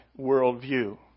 worldview